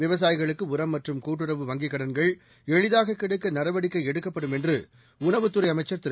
விவசாயிகளுக்கு உரம் மற்றும் கூட்டுறவு வங்கிக் கடன்கள் எளிதாக கிடைக்க நடவடிக்கை எடுக்கப்படும் என்று உணவுத் துறை அமைச்சர் திரு